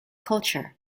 culture